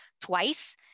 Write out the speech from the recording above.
twice